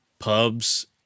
pubs